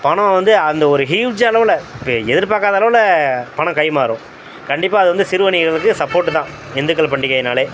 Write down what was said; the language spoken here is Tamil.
பணம் வந்து அந்த ஒரு ஹியூஜ் அளவில் இப்போ எதிர்பார்க்காத அளவில் பணம் கைமாறும் கண்டிப்பாக அது வந்து சிறு வணிகங்களுக்கு சப்போர்ட்டு தான் இந்துக்கள் பண்டிகைனாலே